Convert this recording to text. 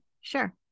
Sure